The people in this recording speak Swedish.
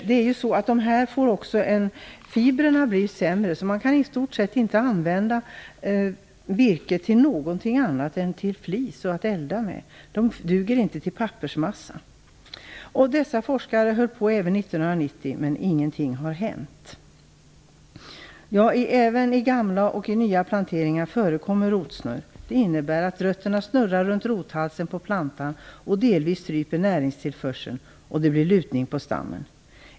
Det visar SLU-forskarna Anders Lindström och Lars Håkansson i en studie av 20 år gamla täckrotsplanteringar - Maggi Mikaelsson hänvisade också till dem. Dessa forskare höll på även 1990, men ingenting har hänt. Både i gamla och i nya planteringar förekommer rotsnurr. Det innebär att rötterna snurrar runt rothalsen på plantan och delvis stryper näringstillförseln, och stammen får ett lutande växtsätt.